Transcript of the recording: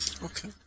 Okay